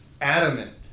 adamant